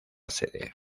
sede